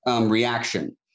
reaction